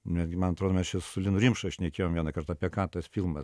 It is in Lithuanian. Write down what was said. netgi man atrodo mes čia su linu rimša šnekėjom vienąkart apie ką tas filmas